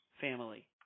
family